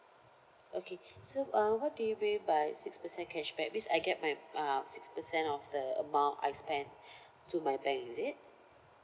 okay so uh what do you mean by six percent cashback means I get my uh six percent of the amount I spend to my bank is it